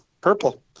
purple